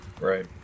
Right